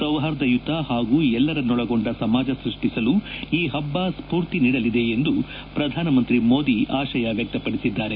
ಸೌಹಾರ್ದಯುತ ಹಾಗೂ ಎಲ್ಲರನ್ನೊಳಗೊಂಡ ಸಮಾಜ ಸೃಷ್ಟಿಸಲು ಈ ಹಬ್ಬ ಸ್ಪೂರ್ತಿ ನೀಡಲಿದೆ ಎಂದು ಪ್ರಧಾನಮಂತ್ರಿ ಮೋದಿ ಆಶಯ ವ್ಯಕ್ತಪದಿಸಿದ್ದಾರೆ